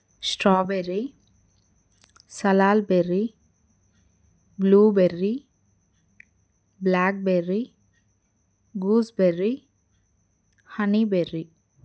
strawberry salal berry blueberry blackberry gooseberry honeyberry